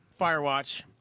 *Firewatch*